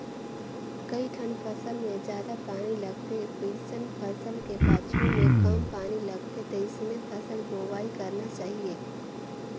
कइठन फसल मे जादा पानी लगथे वइसन फसल के पाछू में कम पानी लगथे तइसने फसल बोवाई करना चाहीये